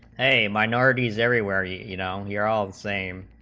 a minorities everywhere you you know you're all same